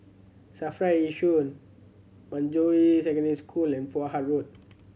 SAFRA Yishun Manjusri Secondary School and Poh Huat Road